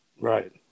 Right